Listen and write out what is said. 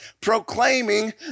Proclaiming